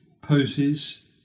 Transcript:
poses